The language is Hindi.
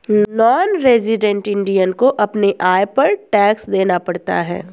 नॉन रेजिडेंट इंडियन को अपने आय पर टैक्स देना पड़ता है